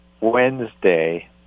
Wednesday